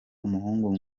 umuhungu